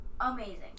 amazing